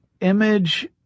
image